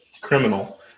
criminal